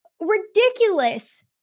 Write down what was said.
ridiculous